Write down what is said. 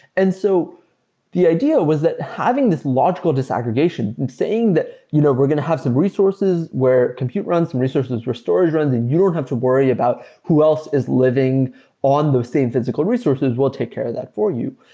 and so the idea was that having this logical disaggregation, saying that you know we're going to have some resources where computer runs and resources where storage runs and you don't have to worry about who else is living on those same physical resources. we'll take care of that for you.